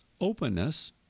openness